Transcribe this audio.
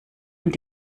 und